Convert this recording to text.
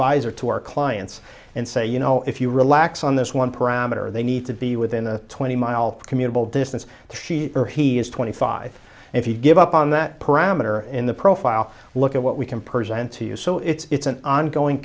advisor to our clients and say you know if you relax on this one parameter they need to be within the twenty mile commute well distance to she or he is twenty five if you give up on that parameter in the profile look at what we can present to you so it's an ongoing